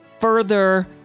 further